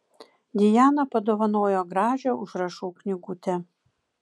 dijana padovanojo gražią užrašų knygutę